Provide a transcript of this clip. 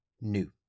new